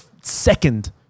second